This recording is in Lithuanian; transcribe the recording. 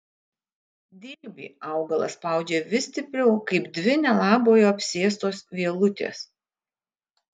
dilbį augalas spaudžia vis stipriau kaip dvi nelabojo apsėstos vielutės